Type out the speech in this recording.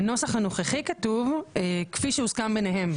בנוסח הנוכחי כתוב "כפי שהוסכם ביניהם",